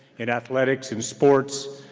and athletics and sports,